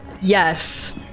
Yes